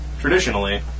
Traditionally